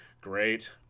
Great